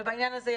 ובעניין הזה,